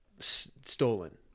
stolen